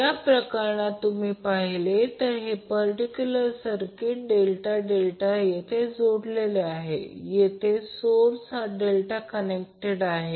या प्रकरणात जर तुम्ही पाहिले हे पर्टिक्युलर सर्किट हे ∆∆ येथे जोडलेले आहे येथे सोर्स हा डेल्टा कनेक्टेड आहे